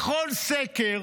בכל סקר